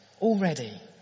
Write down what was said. already